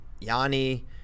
Yanni